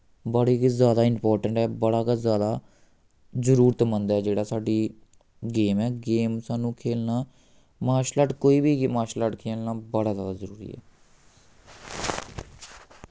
बड़ी गै जैदा इम्पोर्टैन्ट ऐ बड़ा गै जैदा जरूरतमंद ऐ जेह्ड़ा साढ़ी गेम ऐ गेम सानू खेलना मार्शल आर्ट कोई बी मार्शल आर्ट खेलना बड़ा जैदा जरूरी ऐ